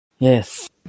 Yes